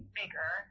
bigger